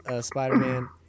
Spider-Man